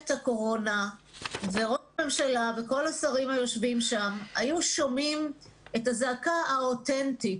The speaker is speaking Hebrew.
הקורונה וראש הממשלה והשרים היו שומעים את הזעקה האוטנטית